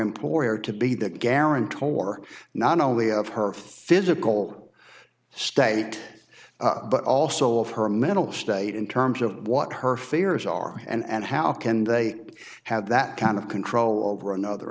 employer to be that guarantor not only of her physical state but also of her mental state in terms of what her fears are and how can they have that kind of control over another